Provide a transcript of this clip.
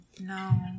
No